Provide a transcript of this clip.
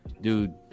Dude